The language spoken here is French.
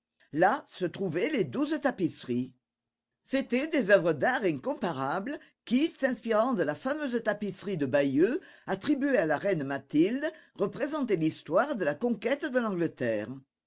là se trouvaient les douze tapisseries c'étaient des œuvres d'art incomparables qui s'inspirant de la fameuse tapisserie de bayeux attribuée à la reine mathilde représentaient l'histoire de la conquête de l'angleterre